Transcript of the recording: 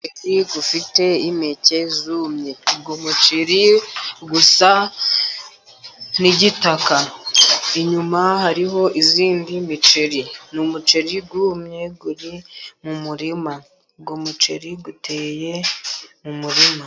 Umuceri ufite impeke zumye, uwo muceri usa n'igitaka inyuma hariho undi muceri. Ni umuceri wumye uri mu murima, uwo umuceri uteye mu murima.